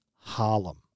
Harlem